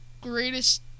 greatest